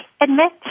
admit